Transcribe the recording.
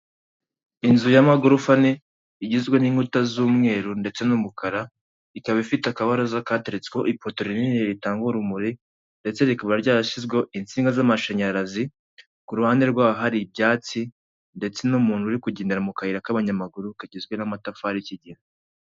Inzu y'amagorofa ane igizwe n'inkuta z'umweru ndetse n'umukara, ikaba ifite akabaraza katereretsetsweho ipoto rinini ritanga urumuri, ndetse rikaba ryarashyizwe insinga z'amashanyarazi, ku ruhande rwaho hari ibyatsi, ndetse n'umuntu uri kugendera mu kayira k'abanyamaguru kagizwe n'amatafari y'ikigina.